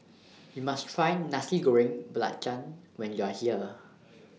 YOU must Try Nasi Goreng Belacan when YOU Are here